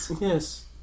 Yes